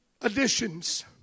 additions